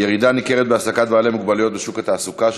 ירידה ניכרת בהעסקת אנשים עם מוגבלות בשוק התעסוקה,